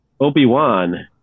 Obi-Wan